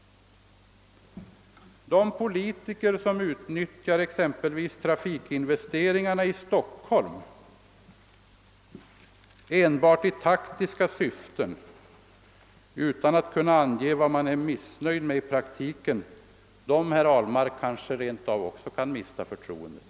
De politi ker som utnyttjar exempelvis trafikinvesteringarna i Stockholm enbart i taktiska syften utan att kunna ange vad man är missnöjd med i praktiken kanske mister förtroendet före alla andra.